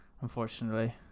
unfortunately